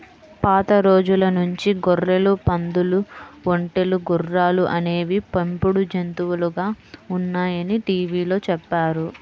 పాత రోజుల నుంచి గొర్రెలు, పందులు, ఒంటెలు, గుర్రాలు అనేవి పెంపుడు జంతువులుగా ఉన్నాయని టీవీలో చెప్పారు